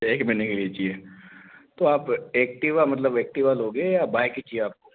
एक महीने के लिए चाहिए तो आप एक्टिवा मतलब ऐक्टिवा लोगे या बाइक ही चाहिए आपको